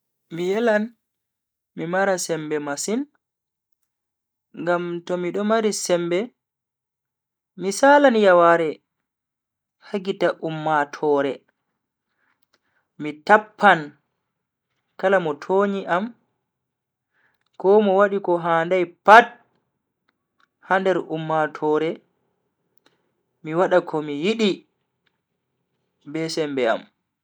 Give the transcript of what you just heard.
Mi yelan mi mara sembe masin. ngam to mido mari sembe mi salan yaware ha gite ummatoore mi tappan kala mo tonyi am ko mo wadi ko handai pat ha nder ummatoore mi wada komi yidi be sembe am.